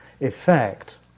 effect